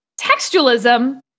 Textualism